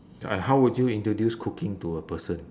and how would you introduce cooking to a person